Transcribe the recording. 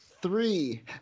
three